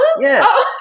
Yes